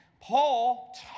Paul